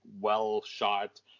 well-shot